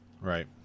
Right